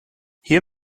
hier